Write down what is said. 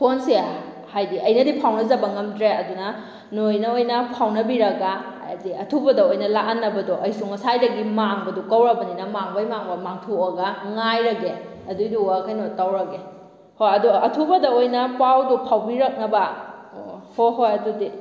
ꯐꯣꯟꯁꯦ ꯍꯥꯏꯗꯤ ꯑꯩꯅꯗꯤ ꯐꯥꯎꯅꯖꯕ ꯉꯝꯗ꯭ꯔꯦ ꯑꯗꯨꯅ ꯅꯣꯏꯅ ꯑꯣꯏꯅ ꯐꯥꯎꯅꯕꯤꯔꯒ ꯍꯥꯏꯗꯤ ꯑꯊꯨꯕꯗ ꯑꯣꯏꯅ ꯂꯥꯛꯍꯟꯅꯕꯗꯣ ꯑꯩꯁꯨ ꯉꯁꯥꯏꯗꯒꯤ ꯃꯥꯡꯕꯗꯣ ꯀꯧꯔꯕꯅꯤꯅ ꯃꯥꯡꯕꯩ ꯃꯥꯡꯕ ꯃꯥꯡꯊꯣꯛꯑꯒ ꯉꯥꯏꯔꯒꯦ ꯑꯗꯨꯏꯗꯨꯒ ꯀꯩꯅꯣ ꯇꯧꯔꯒꯦ ꯍꯣꯏ ꯑꯗꯨ ꯑꯊꯨꯕꯗ ꯑꯣꯏꯅ ꯄꯥꯎꯗꯣ ꯐꯥꯎꯕꯤꯔꯛꯅꯕ ꯑꯣ ꯍꯣꯏ ꯍꯣꯏ ꯑꯗꯨꯗꯤ